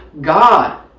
God